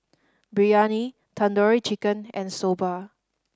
Biryani Tandoori Chicken and Soba